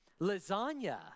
Lasagna